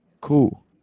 Cool